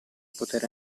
poter